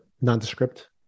nondescript